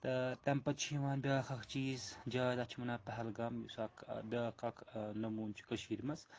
تہٕ تَمہِ پَتہٕ چھِ یِوان بیٛاکھ اَکھ چیٖز جاے تَتھ چھِ وَنان پہلگام یُس اَکھ بیٛاکھ اَکھ نموٗن چھُ کٔشیٖر منٛز